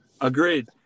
Agreed